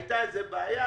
הייתה איזו בעיה,